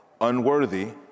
unworthy